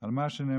על מה שנאמר